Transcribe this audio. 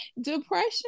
Depression